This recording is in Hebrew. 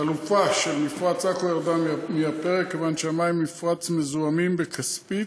החלופה של מפרץ-עכו ירדה מהפרק כיוון שהמים במפרץ מזוהמים בכספית,